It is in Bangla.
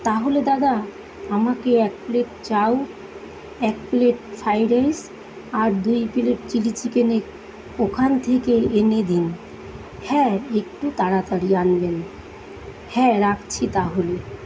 তাহলে দাদা আমাকে এক প্লেট চাউ এক প্লেট ফ্রায়েড রাইস আর দুই প্লেট চিলি চিকেন ওখান থেকে এনে দিন হ্যাঁ একটু তাড়াতাড়ি আনবেন হ্যাঁ রাখছি তাহলে